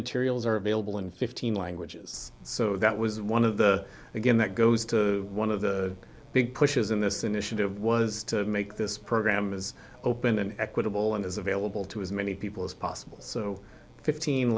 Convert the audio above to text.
materials are available in fifteen languages so that was one of the again that goes to one of the big pushes in this initiative was to make this program as open and equitable and as available to as many people as possible so fifteen